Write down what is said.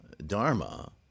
Dharma